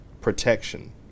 protection